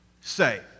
say